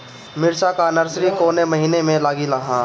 मिरचा का नर्सरी कौने महीना में लागिला?